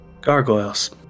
Gargoyles